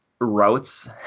routes